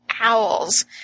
owls